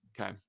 Okay